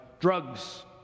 drugs